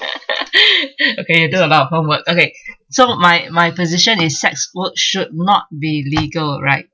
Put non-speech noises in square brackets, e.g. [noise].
[laughs] [breath] okay you do a lot homework okay so my my position is sex work should not be legal right